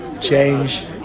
change